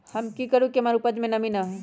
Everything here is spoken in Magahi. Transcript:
हम की करू की हमार उपज में नमी होए?